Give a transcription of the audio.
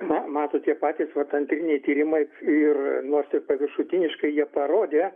na matot tie patys vat antriniai tyrimai ir nors ir paviršutiniškai jie parodė